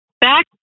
back